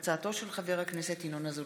תודה.